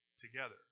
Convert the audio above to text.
together